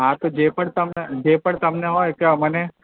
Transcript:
હા તો જે પણ તમને જે પણ તમને હોય કે અમને